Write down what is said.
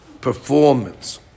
performance